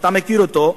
אתה מכיר אותו,